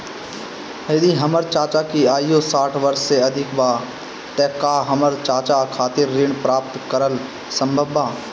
यदि हमर चाचा की आयु साठ वर्ष से अधिक बा त का हमर चाचा खातिर ऋण प्राप्त करल संभव बा